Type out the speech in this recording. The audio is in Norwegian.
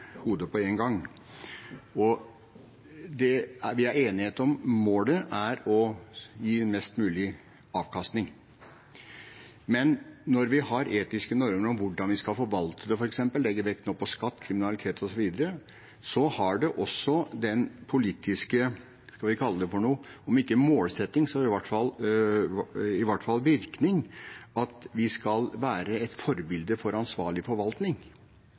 hodet på én gang. Det er enighet om at målet er å gi størst mulig avkastning. Men når vi har etiske normer for hvordan vi skal forvalte det, f.eks. legge vekt på skatt osv., har det også den politiske – hva skal vi kalle det – om ikke målsettingen, så i hvert fall virkningen, at vi skal være et forbilde for ansvarlig forvaltning.